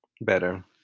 Better